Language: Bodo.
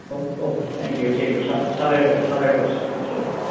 औ औ thank you thank you sir साबायखर सार साबायखर